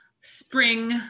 spring